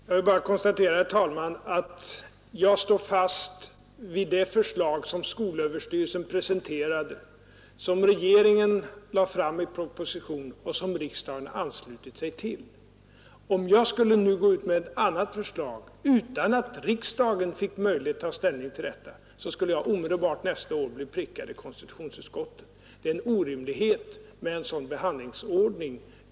Herr talman! Jag vill bara konstatera att jag står fast vid det förslag som skolöverstyrelsen presenterade, som regeringen lade fram i en proposition och som riksdagen anslutit sig till. Om jag nu skulle gå ut med ett annat förslag utan att riksdagen fick möjlighet att ta ställning till detta, skulle jag nästa år bli prickad i konstitutionsutskottet. Det är en orimlighet med en sådan behandlingsordning.